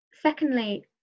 secondly